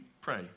pray